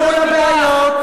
מול הבעיות.